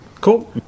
Cool